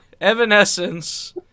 Evanescence